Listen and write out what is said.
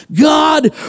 God